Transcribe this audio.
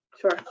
Sure